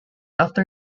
after